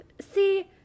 see